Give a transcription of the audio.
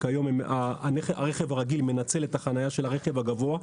כיום הרכב הרגיל מנצל את החנייה של הרכב הגבוה,